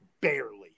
barely